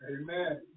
Amen